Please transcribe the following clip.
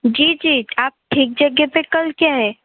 जी जी आप ठीक जगह पर कल किया है